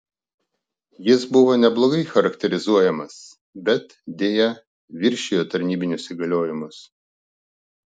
jis buvo neblogai charakterizuojamas bet deja viršijo tarnybinius įgaliojimus